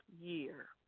year